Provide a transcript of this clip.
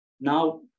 now